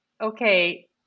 Okay